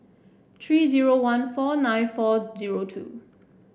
three zero one four nine four zero two